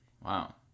Wow